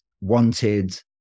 wanted